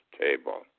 table